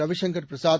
Ravishankar Prasad